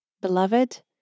Beloved